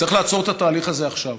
צריך לעצור את התהליך הזה עכשיו.